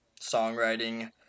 songwriting